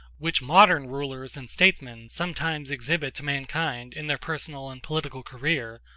which modern rulers and statesmen sometimes exhibit to mankind in their personal and political career,